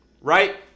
right